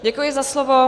Děkuji za slovo.